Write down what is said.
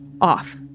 off